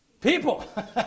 People